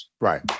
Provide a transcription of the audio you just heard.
right